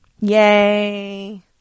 Yay